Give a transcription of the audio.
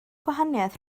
gwahaniaeth